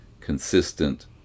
consistent